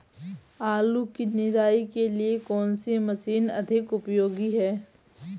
आलू की निराई के लिए कौन सी मशीन अधिक उपयोगी है?